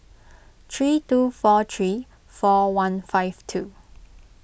three two four three four one five two